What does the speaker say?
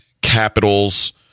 Capitals